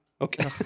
Okay